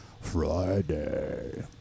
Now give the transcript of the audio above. Friday